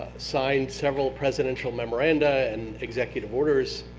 signed several presidential memoranda and executive orders